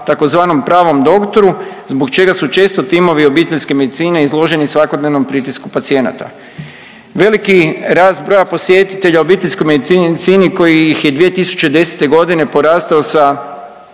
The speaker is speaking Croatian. tzv. pravom doktoru zbog čega su često timovi obiteljske medicine izloženi svakodnevnom pritisku pacijenata. Veliki rast broja posjetitelja obiteljskoj medicini koji ih je 2010.g. porastao sa